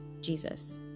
Jesus